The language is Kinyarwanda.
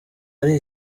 ari